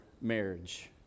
marriage